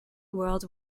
world